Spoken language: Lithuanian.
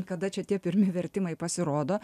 kada čia tie pirmi vertimai pasirodo